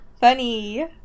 funny